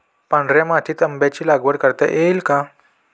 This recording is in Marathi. पांढऱ्या मातीत आंब्याची लागवड करता येईल का?